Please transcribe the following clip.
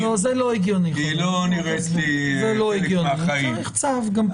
היא לא נראית לי חלק מהחיים.